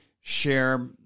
share